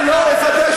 אבל אני לא אבקש,